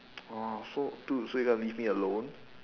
orh so dude so you're gonna leave me alone